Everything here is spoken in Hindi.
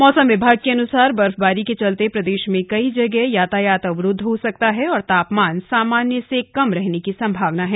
मौसम विभाग के अनुसार बर्फबारी के चलते प्रदेश में कई जगह यातायात अवरुद्ध हो सकता है और तापमान सामान्य से कम रहने की संभावना है